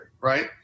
right